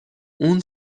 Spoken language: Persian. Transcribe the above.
اون